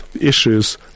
issues